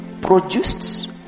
produced